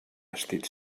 vestit